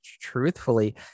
truthfully